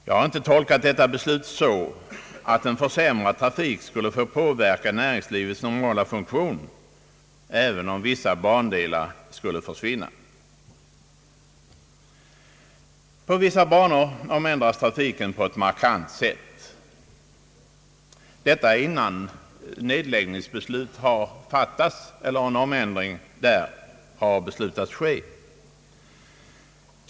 Jag har inte tolkat detta beslut så, att en försämrad trafik skulle få påverka näringslivets normala funktion, även om vissa bandelar skulle försvinna. På vissa banor omändras trafiken på ett markant sätt, även innan nedläggningsbeslut har fattats eller en ändring där beslutats ske.